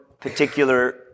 particular